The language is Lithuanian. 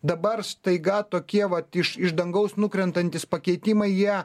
dabar staiga tokie vat iš iš dangaus nukrentantys pakeitimai jie